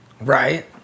Right